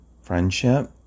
Friendship